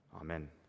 Amen